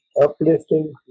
uplifting